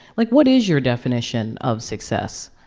like, what is your definition of success?